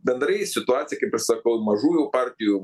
bendrai situacija kaip ir sakau mažųjų partijų